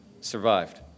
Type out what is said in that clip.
survived